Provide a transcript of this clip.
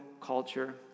culture